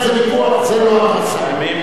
אין על זה ויכוח, זה לא התרסה, זה בִמקום.